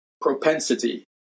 propensity